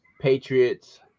Patriots